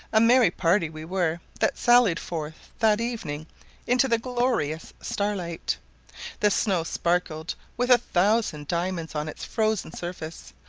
a merry party we were that sallied forth that evening into the glorious starlight the snow sparkled with a thousand diamonds on its frozen surface,